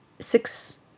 six